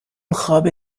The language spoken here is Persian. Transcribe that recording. خوابه